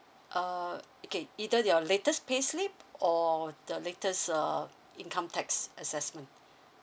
err okay either your latest payslip or the latest err income tax assessment